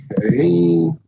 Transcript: Okay